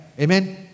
Amen